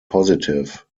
positive